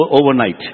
overnight